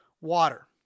Water